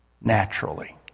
Naturally